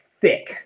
thick